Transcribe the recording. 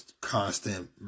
constant